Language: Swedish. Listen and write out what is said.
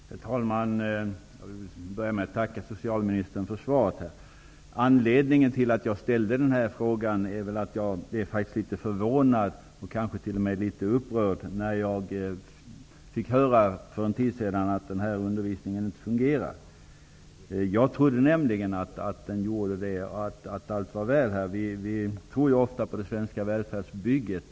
Herr talman! Jag vill tacka socialministern för svaret. Anledningen till att jag ställde frågan är att jag blev litet förvånad och kanske t.o.m. litet upprörd när jag för en tid sedan fick höra att denna undervisning inte fungerar. Jag trodde nämligen att den gjorde det och att allt var väl. Vi tror ju ofta på det svenska välfärdsbygget.